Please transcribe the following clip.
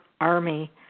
army